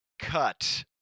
Cut